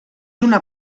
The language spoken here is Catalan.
una